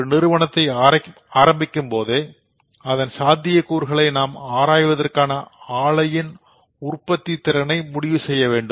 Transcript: ஒரு நிறுவனத்தை ஆரம்பிக்கும் போதே அதன் சாத்திய கூறுகளை நாம் ஆராய்வதற்காக ஆலையின் உற்பத்தி திறனை முடிவு செய்ய வேண்டும்